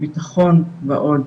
בטחון ועוד.